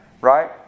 Right